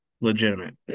legitimate